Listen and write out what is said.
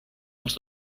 els